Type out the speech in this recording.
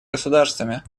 государствами